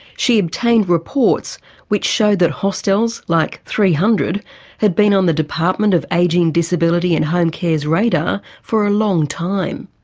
she obtained reports which showed that hostels like three hundred had been on the department of ageing, disability and home care's radar for a long time.